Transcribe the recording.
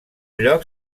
lloc